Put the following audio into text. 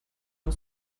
dem